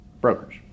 brokers